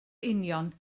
union